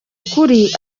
ukuri